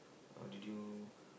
uh did you